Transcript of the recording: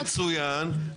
כולכם אומרים שהוא מצוין,